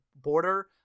border